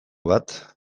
bat